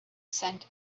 scent